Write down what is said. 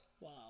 Wow